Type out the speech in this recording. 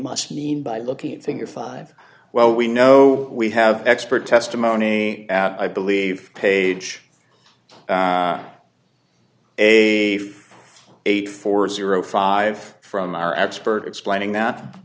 must mean by looking at thing your five well we know we have expert testimony i believe page a eight four zero five from our expert explaining that